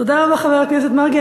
תודה רבה, חבר הכנסת מרגי.